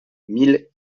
mille